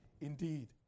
indeed